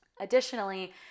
Additionally